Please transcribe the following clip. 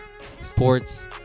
sports